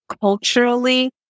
culturally